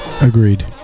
Agreed